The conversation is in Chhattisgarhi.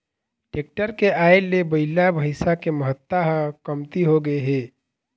टेक्टर के आए ले बइला, भइसा के महत्ता ह कमती होगे हे